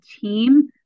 team